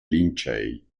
lincei